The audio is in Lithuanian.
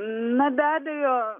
na be abejo